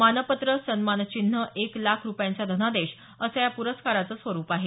मानपत्र सन्मान चिन्ह एक लाख रूपयांचा धनादेश अस या पुरस्काराचं स्वरूप आहे